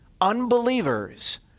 Unbelievers